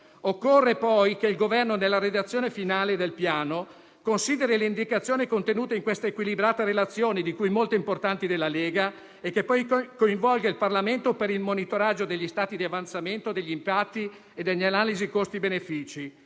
Occorre che il Governo, nella redazione finale del Piano, consideri le indicazioni contenute in questa equilibrata relazione, di cui alcune molto importanti della Lega, e coinvolga il Parlamento per il monitoraggio degli stati di avanzamento, degli impatti e delle analisi costi-benefici.